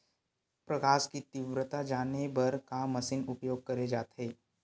प्रकाश कि तीव्रता जाने बर का मशीन उपयोग करे जाथे?